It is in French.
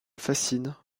fascine